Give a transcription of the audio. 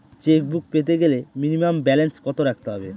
Chequebook পেতে গেলে minimum balance কত রাখতে হবে?